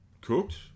cooked